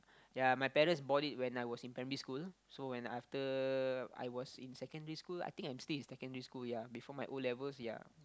ya my parents bought it when I was in primary school so when after I was in secondary school I think I am still in secondary school ya before my O-levels ya